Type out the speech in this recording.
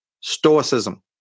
Stoicism